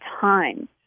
time